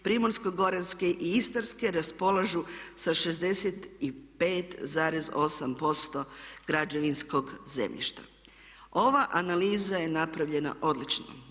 Primorsko-Goranske i Istarske raspolažu sa 65,8% građevinskog zemljišta. Ova analiza je napravljena odlično.